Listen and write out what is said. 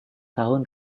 tahun